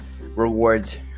rewards